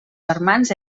germans